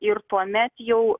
ir tuomet jau